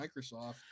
Microsoft